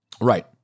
Right